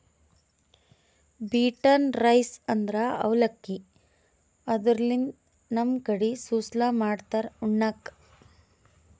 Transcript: beaten rice ಅಂದ್ರ ಅವಲಕ್ಕಿ, ಇದರ್ಲಿನ್ದ್ ನಮ್ ಕಡಿ ಸುಸ್ಲಾ ಮಾಡ್ತಾರ್ ಉಣ್ಣಕ್ಕ್